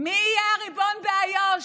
מי יהיה הריבון באיו"ש?